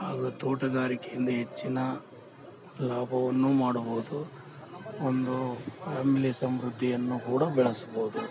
ಹಾಗು ತೋಟಗಾರಿಕೆಯಿಂದ ಹೆಚ್ಚಿನ ಲಾಭವನ್ನು ಮಾಡಬಹುದು ಒಂದೂ ರಮ್ಲಿ ಸಮೃದ್ಧಿಯನ್ನು ಕೂಡ ಬೆಳೆಸಬೋದು